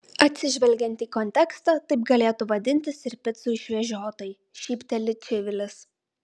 atsižvelgiant į kontekstą taip galėtų vadintis ir picų išvežiotojai šypteli čivilis